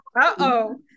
uh-oh